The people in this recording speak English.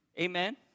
Amen